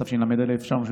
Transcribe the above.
התשל"ה 1975,